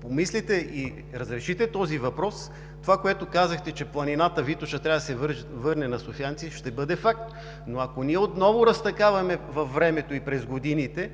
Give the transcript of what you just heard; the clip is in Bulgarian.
помислите и разрешите този въпрос, това, което казахте, че планината Витоша трябва да се върне на софиянци, ще бъде факт. Но ако ние отново разтакаваме във времето и през годините,